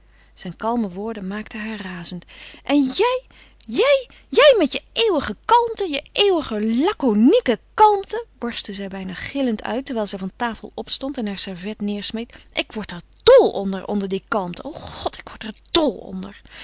zijne kalme woorden maakten haar razend en jij jij jij met je eeuwige kalmte je eeuwige laconieke kalmte barstte zij bijna gillend uit terwijl zij van tafel opstond en haar servet neêrsmeet ik word er dol onder onder die kalmte o god ik word er dol onder